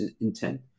intent